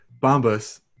Bombus